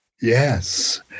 Yes